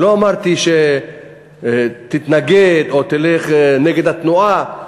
לא אמרתי שתתנגד, או תלך נגד התנועה,